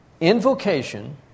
Invocation